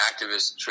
activist